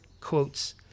quotes